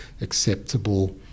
acceptable